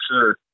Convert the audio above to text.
sure